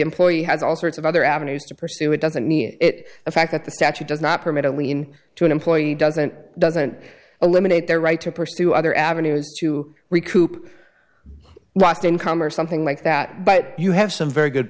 employee has all sorts of other avenues to pursue it doesn't it the fact that the statute does not permit a lean to an employee doesn't doesn't eliminate their right to pursue other avenues to recoup lost income or something like that but you have some very good